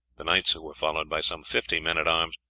the knights, who were followed by some fifty men-at-arms,